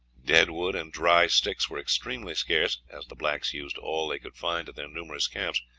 dead wood and dry sticks were extremely scarce, as the blacks used all they could find at their numerous camps.